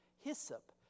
Hyssop